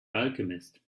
alchemist